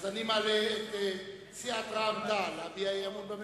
אני מעלה את סיעת רע"ם-תע"ל להביע אי-אמון בממשלה,